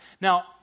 Now